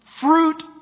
fruit